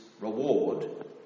reward